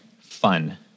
fun